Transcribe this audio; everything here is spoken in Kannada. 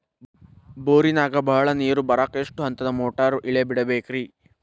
ಬೋರಿನಾಗ ಬಹಳ ನೇರು ಬರಾಕ ಎಷ್ಟು ಹಂತದ ಮೋಟಾರ್ ಇಳೆ ಬಿಡಬೇಕು ರಿ?